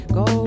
go